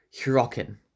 Hirokin